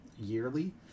yearly